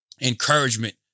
encouragement